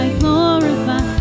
glorify